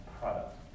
product